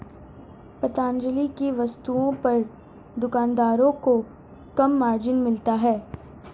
पतंजलि की वस्तुओं पर दुकानदारों को कम मार्जिन मिलता है